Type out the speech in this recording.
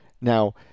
Now